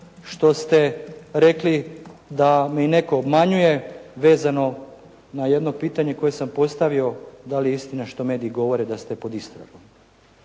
što ste rekli da mi netko obmanjuje vezano na jedno pitanje koje sam postavio da li je istina što mediji govore da ste pod istragom?